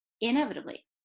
inevitably